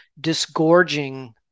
disgorging